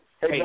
Hey